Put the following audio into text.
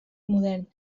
modern